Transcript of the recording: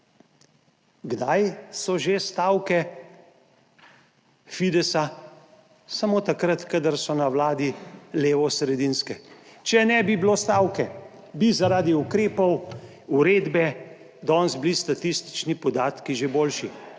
Kdaj so že stavke Fidesa? Samo takrat, kadar so na vladi levosredinske. Če ne bi bilo stavke, bi zaradi ukrepov uredbe danes bili statistični podatki že boljši,